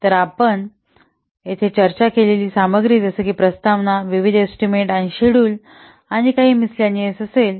तर येथे आपण चर्चा केलेली सामग्री जसे की प्रस्तावना विविध एस्टीमेट आणि शेड्युल आणि काही मिसचेलनेऊस असेल